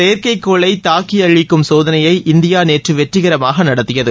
செயற்கைகோளை தாக்கி அழிக்கும் சோதனையை இந்தியா நேற்று வெற்றிகரமாக நடத்தியது